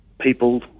people